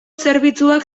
zerbitzuak